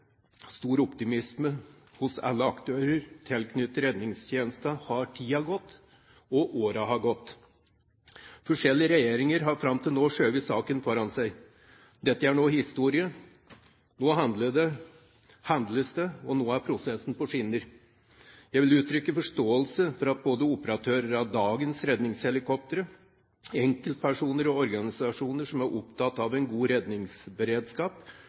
stor optimisme hos alle aktører tilknyttet redningstjenesten, har tiden gått, og årene har gått. Forskjellige regjeringer har fram til nå skjøvet saken foran seg. Dette er nå historie. Nå handles det, og nå er prosessen på skinner. Jeg vil uttrykke forståelse for at både operatører av dagens redningshelikoptre, enkeltpersoner og organisasjoner som er opptatt av en god redningsberedskap,